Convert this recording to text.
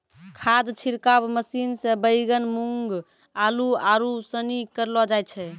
खाद छिड़काव मशीन से बैगन, मूँग, आलू, आरू सनी करलो जाय छै